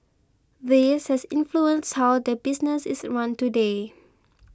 this has influenced how the business is run today